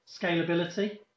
scalability